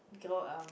okay lor